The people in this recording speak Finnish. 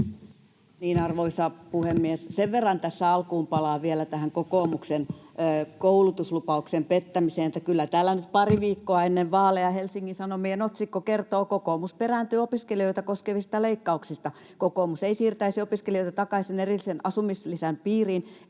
Arvoisa puhemies! Sen verran tässä alkuun palaan vielä tähän kokoomuksen koulutuslupauksen pettämiseen, että kyllä täällä nyt pari viikkoa ennen vaaleja Helsingin Sanomien otsikko kertoo: ”Kokoomus perääntyy opiskelijoita koskevista leikkauksista. Kokoomus ei siirtäisi opiskelijoita takaisin erillisen asumislisän piiriin